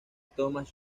thomas